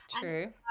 True